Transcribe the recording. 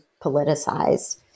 politicized